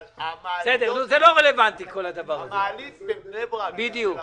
אבל מעלית בבני ברק נמצאת באחריותכם?